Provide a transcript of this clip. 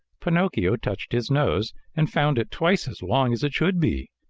pinocchio touched his nose and found it twice as long as it should be.